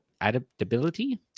adaptability